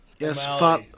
Yes